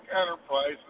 Enterprises